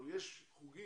אבל יש חוגים